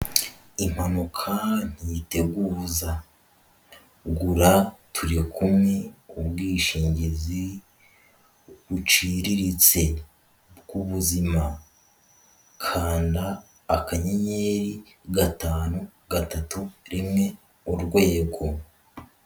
Impanuka ntiteguza gura Turi kumwe ubwishingizi buciriritse bw'ubuzima, kanda akanyenyeri, gatanu, gatatu, rimwe, urwego.